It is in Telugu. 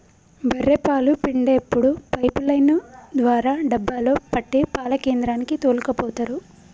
బఱ్ఱె పాలు పిండేప్పుడు పైపు లైన్ ద్వారా డబ్బాలో పట్టి పాల కేంద్రానికి తోల్కపోతరు